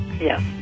Yes